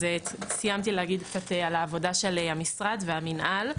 אז סיימתי להגיד קצת על העבודה של המשרד ושל המנהל.